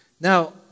Now